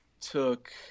took